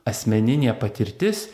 asmeninė patirtis